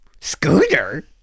Scooter